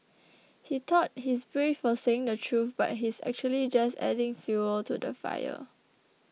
he thought he's brave for saying the truth but he's actually just adding fuel to the fire